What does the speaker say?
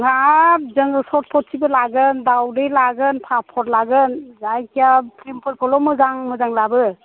हाब जोङो खरख'थिबो लागोन दावदै लागोन फापर लागोन जायखिया फ्लिमफोरखौल' मोजां मोजां लाबो